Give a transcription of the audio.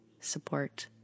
support